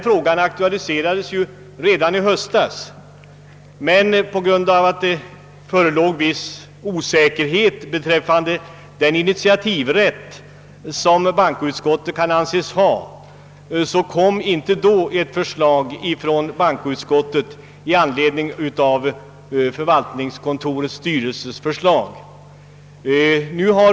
Frågan aktualiserades redan i höstas, men på grund av att det förelåg viss osäkerhet beträffande den initiativrätt som bankoutskottet kan anses ha, kom inte då något förslag från utskottet i anledning av förvaltningskontorets styrelses förslag.